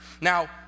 Now